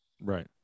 Right